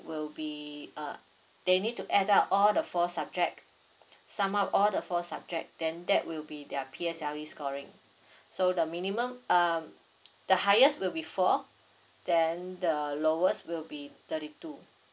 will be uh they need to add up all the four subject sum up all the four subject then that will be their P_S_L_E scoring so the minimum um the highest will be four then the the lowest will be thirty two